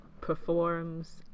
performs